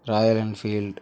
royal Enfield